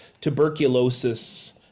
tuberculosis